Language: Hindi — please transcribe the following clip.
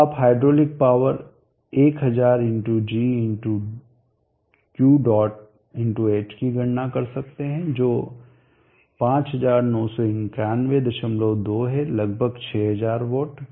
अब आप हाइड्रोलिक पावर 1000gQ डॉटh की गणना कर सकते हैं जो 59912 है लगभग 6000 वाट